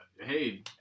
hey